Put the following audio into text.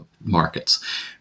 markets